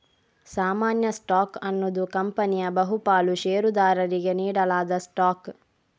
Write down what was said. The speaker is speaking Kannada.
ಸಾಮಾನ್ಯ ಸ್ಟಾಕ್ ಅನ್ನುದು ಕಂಪನಿಯ ಬಹು ಪಾಲು ಷೇರುದಾರರಿಗೆ ನೀಡಲಾದ ಸ್ಟಾಕ್